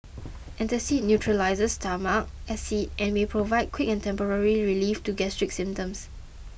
antacid neutralises stomach acid and may provide quick and temporary relief to gastric symptoms